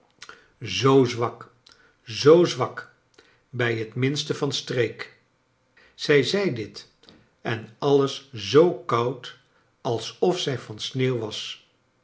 zoo zwak zoo zwak bij het minste van streek zij zei dit en alles zoo koud alsof zij van sneeuw was